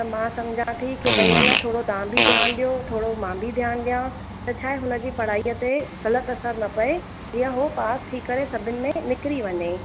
त मां समुझां थी की भई आहे न थोरो तव्हां बि ध्यानु ॾियो थोरो मां बि ध्यानु ॾियां त छा आहे हुनजी पढ़ाईअ ते ग़लति असरु न पए जीअं हू पास थी करे सभिनि में निकिरी वञे